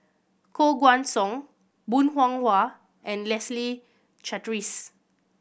Koh Guan Song Bong Hiong Hwa and Leslie Charteris